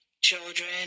children